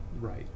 right